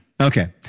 Okay